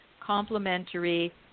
complementary